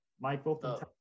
michael